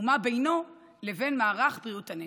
ומה בינו ובין מערך בריאות הנפש.